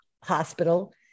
hospital